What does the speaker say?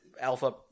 alpha